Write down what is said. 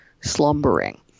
slumbering